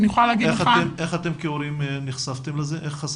איך אתם כהורים נחשפתם לזה?